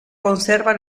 conserva